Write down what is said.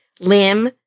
limb